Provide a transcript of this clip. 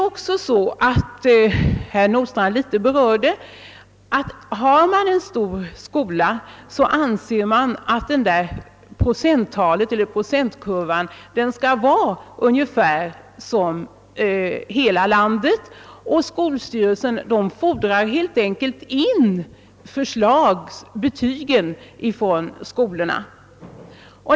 Herr Nordstrandh berörde det förhållandet, att man inom en stor skola ofta anser att betygen där skall överensstämma med normalkurvan för hela landet. Skolstyrelsen fordrar helt enkelt in förslagsbetygen från skolorna.